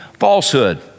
Falsehood